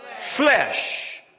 flesh